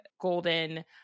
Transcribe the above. golden